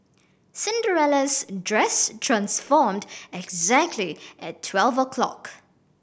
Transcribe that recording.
Cinderella's dress transformed exactly at twelve o'clock